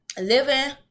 living